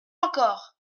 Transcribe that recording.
encore